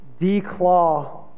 declaw